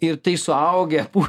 ir tai suaugę po